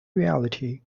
reality